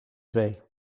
twee